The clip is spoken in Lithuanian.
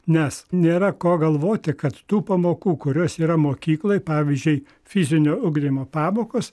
nes nėra ko galvoti kad tų pamokų kurios yra mokykloj pavyzdžiui fizinio ugdymo pamokos